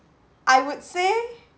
I would say